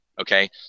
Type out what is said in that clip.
okay